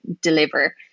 deliver